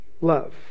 love